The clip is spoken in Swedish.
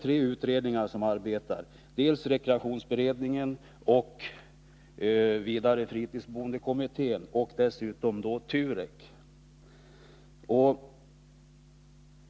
Tre utredningar arbetar f. n.: rekreationsberedningen, fritidsboendekommittén och TUREK.